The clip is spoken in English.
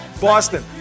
Boston